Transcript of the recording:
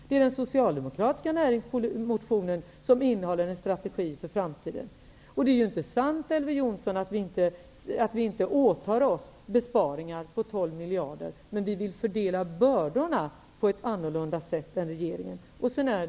Det är den socialdemokratiska näringsmotionen som innehåller en strategi för framtiden. Det är inte sant, Elver Jonsson, att vi socialdemokrater inte åtar oss att föreslå besparingar på 12 miljarder kronor. Men vi vill fördela bördorna på ett annorlunda sätt än vad regeringen vill.